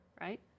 right